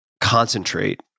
concentrate